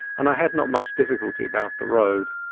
and i had not much difficulty about the road.